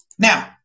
now